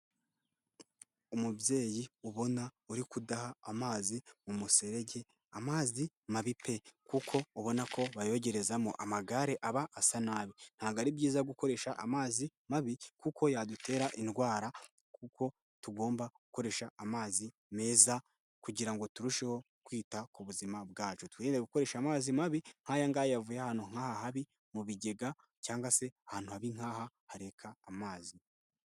Umubyeyi ubona uri kudaha amazi mu muserege amazi mabi pe kuko ubona ko bayogerezamo amagare aba asa nabi ntago ari byiza gukoresha amazi mabi kuko yadutera indwara kuko tugomba gukoresha amazi meza kugira ngo turusheho kwita ku buzima bwacu twirinde gukoresha amazi mabi nk'ayangaya yavuye hano ahantu nk'aha habi mu bigega cyangwa se ahantu ha haribi nk'aha hareka amazi.